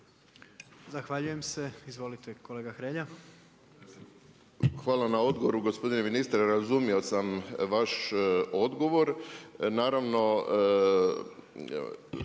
Zahvaljujem se. Izvolite kolega Hrelja. **Hrelja, Silvano (HSU)** Hvala na odgovoru, gospodine ministre, razumio sam vaš odgovor. Naravno